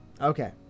Okay